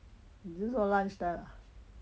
你是说 lunch time ah